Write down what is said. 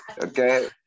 Okay